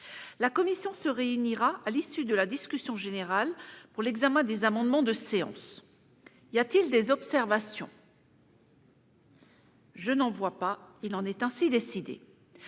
La commission se réunira à l'issue de la discussion générale pour l'examen des amendements de séance. Y a-t-il des observations ?... Il en est ainsi décidé.